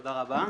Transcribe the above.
תודה רבה.